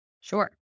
Sure